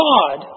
God